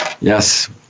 Yes